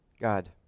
God